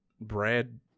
brad